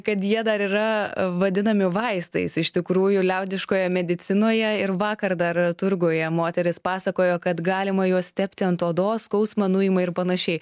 kad jie dar yra vadinami vaistais iš tikrųjų liaudiškoje medicinoje ir vakar dar turguje moteris pasakojo kad galima juos tepti ant odos skausmą nuima ir panašiai